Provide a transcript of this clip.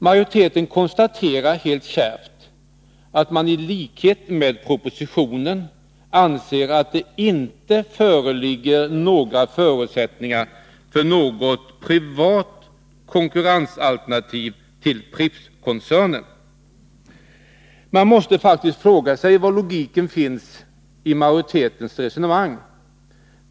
Majoriteten konstaterar helt kärvt att den i likhet med propositionen anser att det inte föreligger några förutsättningar för något privat konkurrensalternativ till Prippskoncernen. Man måste faktiskt fråga sig var logiken finns i majoritetens resonemang.